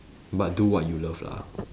but do what you love lah